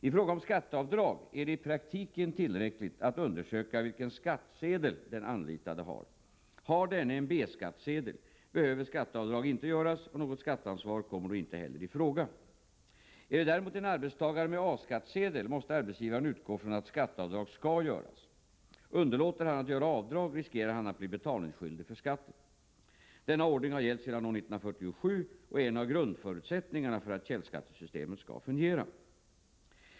I fråga om skatteavdrag är det i praktiken tillräckligt att undersöka vilken skattsedel den anlitade har. Har denne en B-skattesedel behöver skatteavdrag inte göras, och något skatteansvar kommer då inte heller i fråga. Är det däremot en arbetstagare med A-skattesedel måste arbetsgivaren utgå ifrån att skatte avdrag skall göras. Underlåter han att göra avdrag riskerar han att bli betalningsskyldig för skatten. Denna ordning har gällt sedan år 1947 och är en av grundförutsättningarna för att källskattesystemet skall fungera.